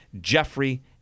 Jeffrey